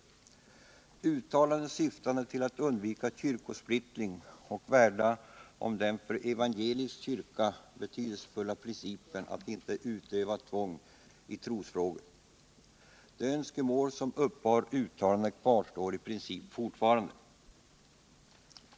Uttalandena syftade till att undvika kyrkosplittring och värna om den för en evangelisk kyrka betydelsefulla principen att inte utöva tvång i trosfrågor. De önskemål som uppbar uttalandena kvarstår i princip fortfarande.